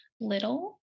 little